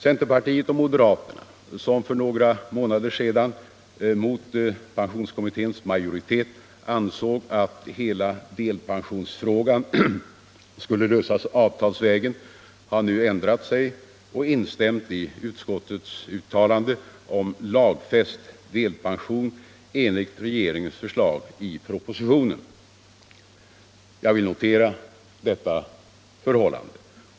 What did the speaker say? Centerpartiet och moderaterna, som för några månader sedan mot pensionskommitténs majoritet ansåg att hela delpensionsfrågan skulle lösas avtalsvägen, har nu ändrat sig och instämt i utskottets uttalande om lagfäst delpension enligt regeringens förslag i propositionen. Jag vill notera detta förhållande.